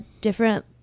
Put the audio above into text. different